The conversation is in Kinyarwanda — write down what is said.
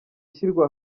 ishyirwa